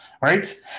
right